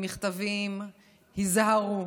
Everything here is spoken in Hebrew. עם מכתבים: היזהרו,